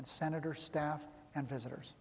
and senator staff and visitors